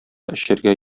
эчәргә